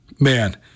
man